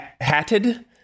hatted